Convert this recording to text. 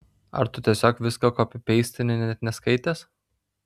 ar tu tiesiog viską kopipeistini net neskaitęs